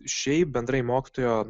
šiaip bendrai mokytojo